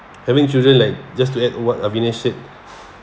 having children like just to add what avenesh said